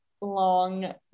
long